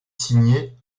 signée